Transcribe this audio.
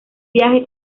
viaje